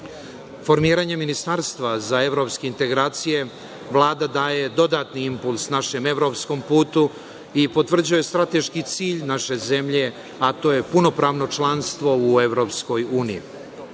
aspekta. Formiranje ministarstva za evropske integracije Vlada daje dodatni impuls našem evropskom putu i potvrđuje strateški cilj naše zemlje, a to je punopravno članstvo u EU.